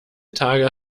tage